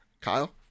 Kyle